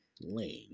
Lane